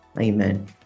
amen